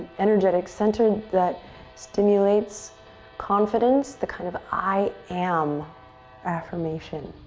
energetic center that stimulates confidence, the kind of i am affirmation.